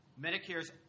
Medicare's